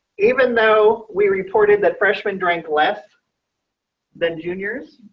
even though we reported that freshman drink less than juniors